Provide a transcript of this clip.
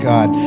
God